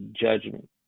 judgment